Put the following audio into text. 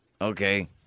Okay